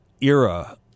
era